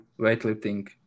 weightlifting